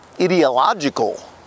ideological